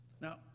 Now